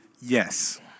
Yes